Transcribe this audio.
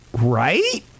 Right